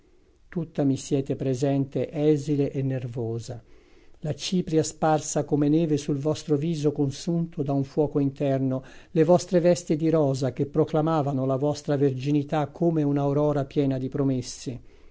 tutta mi siete presente esile e nervosa la cipria sparsa come neve sul vostro viso consunto da un fuoco interno le vostre vesti di rosa che proclamavano la vostra verginità come un'aurora piena di promesse